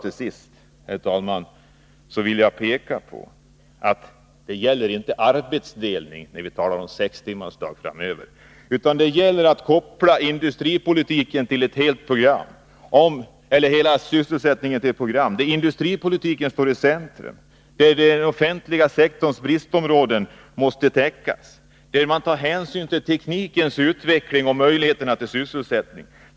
Till sist, herr talman, vill jag bara peka på att det inte gäller arbetsdelning när vi talar om införande av sextimmarsdagen framöver. Det gäller att koppla hela sysselsättningen till ett program, där industripolitiken står i centrum, där den offentliga sektorns bristområden måste täckas och där man tar hänsyn till teknikens utveckling och möjligheterna till sysselsättning.